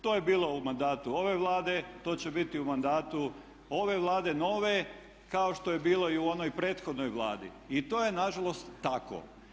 To je bilo u mandatu ove Vlade, to će biti i u mandatu ove Vlade nove kao što je bilo i u onoj prethodnoj Vladi i to je na žalost tako.